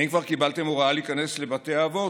האם כבר קיבלתם הוראה להיכנס לבתי אבות,